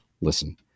Listen